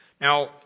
Now